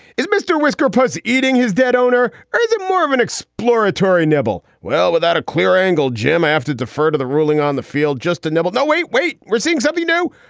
is mr. wesker pus eating his dead owner or is it more of an exploratory neville? well, without a clear angle, jim, i have to defer to the ruling on the field. just a nibble. no, wait, wait we're seeing something new.